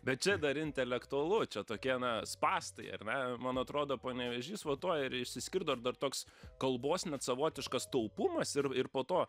bet čia dar intelektualu čia tokie na spąstai ar ne man atrodo panevėžys va tuo ir išsiskirdavo ir dar toks kalbos net savotiškas taupumas ir ir po to